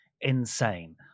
insane